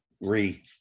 Re